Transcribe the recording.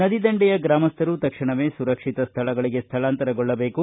ನದಿ ದಂಡೆಯ ಗ್ರಾಮಸ್ಥರು ತಕ್ಷಣವೇ ಸುರಕ್ಷಿತ ಸ್ಥಳಗಳಗೆ ಸ್ಥಳಾಂತರಗೊಳ್ಳಬೇಕು